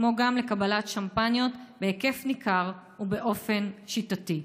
כמו גם לקבלת שמפניות בהיקף ניכר ובאופן שיטתי.